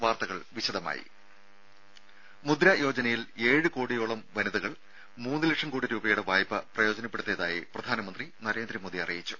വാർത്തകൾ വിശദമായി മുദ്ര യോജനയിൽ ഏഴ് കോടിയോളം വനിതകൾ മൂന്ന് ലക്ഷം കോടി രൂപയുടെ വായ്പ പ്രയോജനപ്പെടുത്തിയതായി പ്രധാനമന്ത്രി നരേന്ദ്രമോദി അറിയിച്ചു